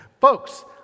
Folks